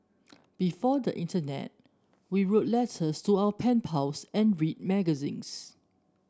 before the internet we wrote letters to our pen pals and read magazines